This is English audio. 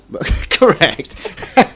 Correct